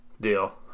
deal